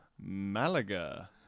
Malaga